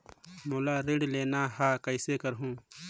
मोला ऋण लेना ह, कइसे करहुँ?